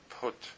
put